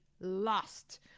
lost